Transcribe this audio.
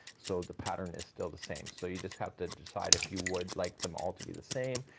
so the pattern is still the same. so you just have to decide if you would like them all to be the same,